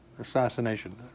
assassination